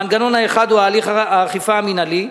המנגנון האחד הוא הליך האכיפה המינהלי.